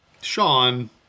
Sean